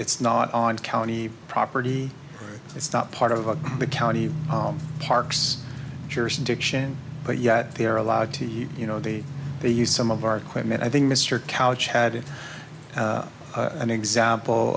it's not on county property it's not part of the county parks jurisdiction but yet they are allowed to use you know they they use some of our equipment i think mr couch had an example